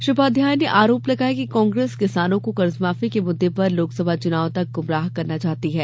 श्री उपाध्याय ने आरोप लगाया है कि कांग्रेस किसानों को कर्जमाफी के मुद्दे पर लोकसभा चुनाव तक गुमराह करना चाहती है